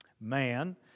Man